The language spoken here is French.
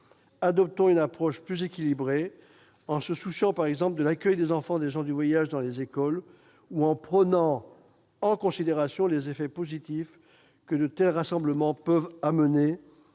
Adoptons une approche plus équilibrée, en nous souciant, par exemple, de l'accueil des enfants des gens du voyage dans les écoles, ou en prenant en considération les effets positifs que de tels rassemblements peuvent apporter